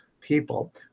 people